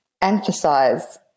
emphasize